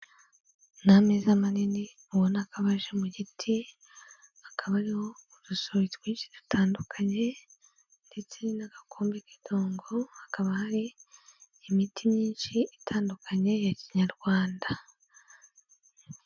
Ni ameza manini ubona ko abaje mu giti, akaba ariho udusorori twinshi dutandukanye ndetse n'agakombe k'idongo, hakaba hari imiti myinshi itandukanye ya kinyarwanda.